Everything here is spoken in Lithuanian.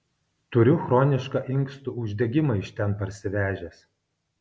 turiu chronišką inkstų uždegimą iš ten parsivežęs